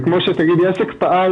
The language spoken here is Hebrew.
זה כמו שתגידי עסק פעל,